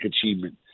achievement